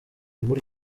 muri